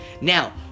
Now